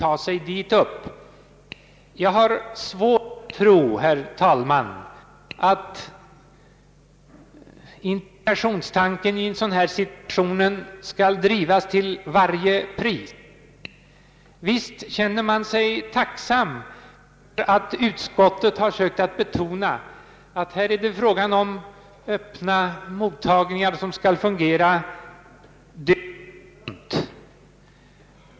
Jag har, herr talman, svårt att tro att integrationstanken i en sådan här situation skall drivas till varje pris. Visst känner man sig tacksam för att utskottet försökt betona att det är fråga om öppna mottagningar, som skall fungera hela dygnet.